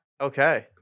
Okay